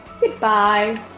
Goodbye